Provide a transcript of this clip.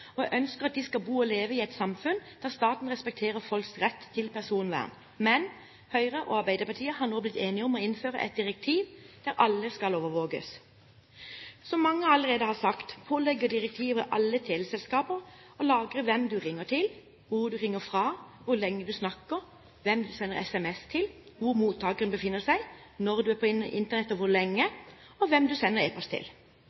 og jeg ønsker at de skal bo og leve i et samfunn der staten respekterer folks rett til personvern. Men Høyre og Arbeiderpartiet har nå blitt enige om å innføre et direktiv der alle skal overvåkes. Som mange allerede har sagt, pålegger direktivet alle teleselskaper å lagre hvem du ringer til, hvor du ringer fra, hvor lenge du snakker, hvem du sender SMS til, hvor mottakeren befinner seg, når du er på Internett og hvor lenge, og hvem du sender e-post til.